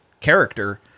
character